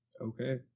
Okay